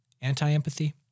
Anti-empathy